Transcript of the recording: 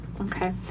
Okay